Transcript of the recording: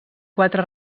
quatre